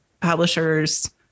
publishers